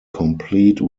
complete